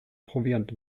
proviant